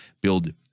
build